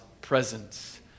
presence